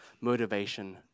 motivation